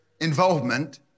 involvement